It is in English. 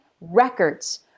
records